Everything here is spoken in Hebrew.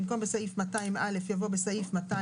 במקום "בסעיף 200(א)" יבוא "בסעיף 200"